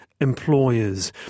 employers